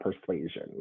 persuasion